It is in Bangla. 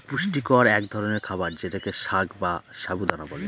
পুষ্টিকর এক ধরনের খাবার যেটাকে সাগ বা সাবু দানা বলে